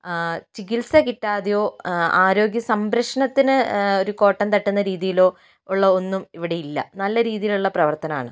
ചികിത്സ കിട്ടാതയോ ആരോഗ്യ സംരക്ഷണത്തിന് ഒരു കോട്ടം തട്ടുന്ന രീതിയിലോ ഉള്ള ഒന്നും ഇവിടെ ഇല്ല നല്ല രീതിയിൽ ഉള്ള പ്രവർത്തനമാണ്